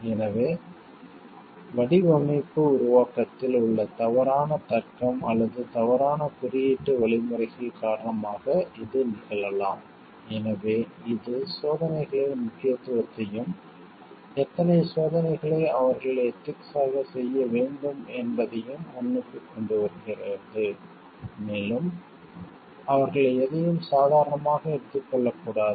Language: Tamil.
எனவே வடிவமைப்பு உருவாக்கத்தில் உள்ள தவறான தர்க்கம் அல்லது தவறான குறியீட்டு வழிமுறைகள் காரணமாக இது நிகழலாம் எனவே இது சோதனைகளின் முக்கியத்துவத்தையும் எத்தனை சோதனைகளை அவர்கள் எதிக்ஸ் ஆகச் செய்ய வேண்டும் என்பதையும் முன்னுக்குக் கொண்டுவருகிறது மேலும் அவர்கள் எதையும் சாதாரணமாக எடுத்துக் கொள்ளக்கூடாது